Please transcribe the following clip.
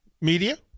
media